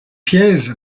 piège